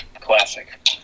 Classic